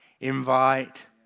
invite